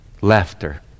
Laughter